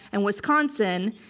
and wisconsin.